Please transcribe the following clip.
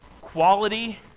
quality